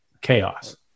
chaos